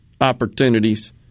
opportunities